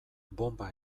bonba